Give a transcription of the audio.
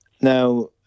Now